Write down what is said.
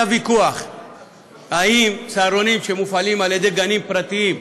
היה ויכוח לגבי צהרונים שמופעלים על ידי גנים פרטיים,